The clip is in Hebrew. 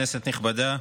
כנסת נכבדה,